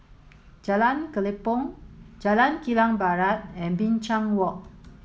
Jalan Kelempong Jalan Kilang Barat and Binchang Walk